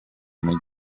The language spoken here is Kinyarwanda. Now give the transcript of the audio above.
mijyi